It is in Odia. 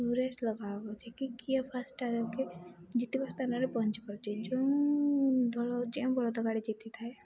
ରେସ୍ ଲଗା ହେବ କି କିଏ ଫାର୍ଷ୍ଟ୍ ଜିତିବା ସ୍ଥାନରେ ପହଞ୍ଚିପାରୁଛି ଯେଉଁ ଦଳ ଯେଉଁ ବଳଦ ଗାଡ଼ି ଜିତିଥାଏ